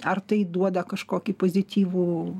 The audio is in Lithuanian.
ar tai duoda kažkokį pozityvų